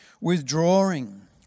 withdrawing